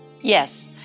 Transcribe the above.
Yes